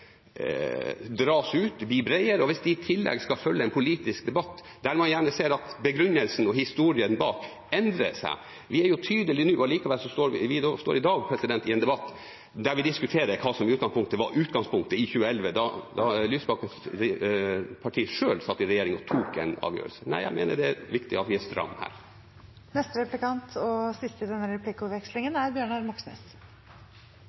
dras ut og bli bredere, og hvis det i tillegg skal følge en politisk debatt, der man gjerne ser at begrunnelsen og historien bak endrer seg. Vi er jo tydelige nå, og likevel står vi i dag i en debatt der vi diskuterer hva som var utgangspunktet i 2011 da Lysbakkens parti selv satt i regjering og tok en avgjørelse. Nei, jeg mener det er viktig at vi er